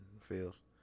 feels